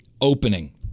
opening